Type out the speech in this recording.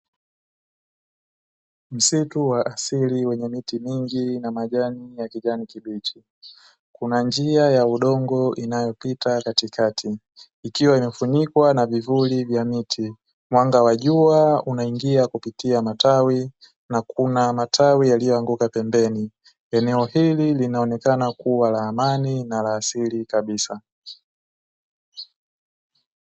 Msitu wa asili yenye miti mingi na majani ya kijani kibichi. Kuna njia ya udongo inayopita katikati, ikiwa imefunikwa na vivuli vya mti. Mwanga wa jua unaingia kupitia matawi na kuna matawi yaliyoanguka pembeni. Eneo hili linaonekana kuwa la amani na asili kabisa.